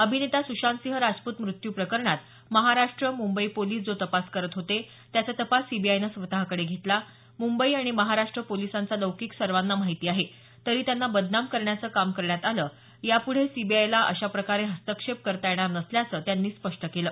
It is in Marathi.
अभिनेता सुशांतसिंह राजपूत मृत्यू प्रकरणात महाराष्ट्र मुंबई पोलीस जो तपास करत होते त्याचा तपास सीबीआयने स्वतःकडे घेतला मुंबई आणि महाराष्ट्र पोलिसांचा लौकिक सर्वांना माहिती आहे तरी त्यांना बदनाम करण्याचं काम करण्यात आलं यापुढे सीबीआयला अशा प्रकारे हस्तक्षेप करता येणार नसल्याचं त्यांनी स्पष्ट केलं